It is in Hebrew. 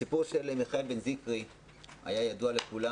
הסיפור של מיכאל בן-זיקרי היה ידוע לכולם.